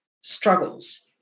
struggles